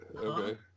okay